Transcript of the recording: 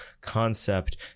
concept